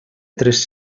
tres